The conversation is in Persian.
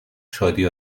شادی